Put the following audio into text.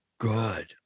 good